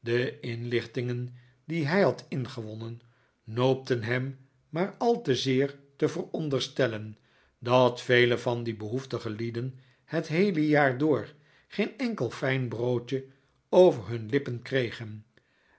de inlichtingen die hij had ingewonen noopten hem maar al te zeer te veronderstellen dat vele van die behoeftige lieden het heele jaar door geen enkel fijn broodje over hun lippen kregen